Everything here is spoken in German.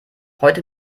heute